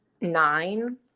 nine